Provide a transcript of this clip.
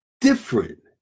different